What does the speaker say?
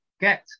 get